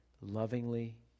lovingly